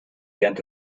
während